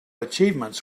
achievements